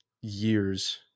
years